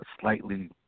slightly